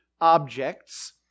objects